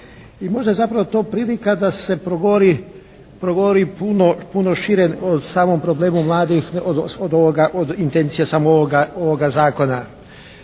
možda je zapravo to prilika da se progovori puno šire o samom problemu mladih od ovoga, od intencije samo ovoga Zakona.